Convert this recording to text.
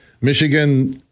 Michigan